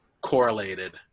correlated